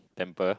temper